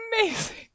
amazing